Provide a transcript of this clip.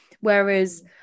whereas